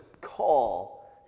call